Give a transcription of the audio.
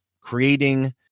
creating